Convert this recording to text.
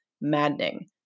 maddening